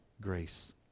grace